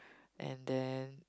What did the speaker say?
and then